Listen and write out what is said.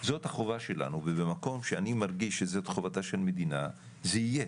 זאת החובה שלנו ובמקום שאני מרגיש זאת חובתה של מדינה זה יהיה,